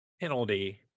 penalty